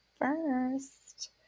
first